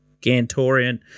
gantorian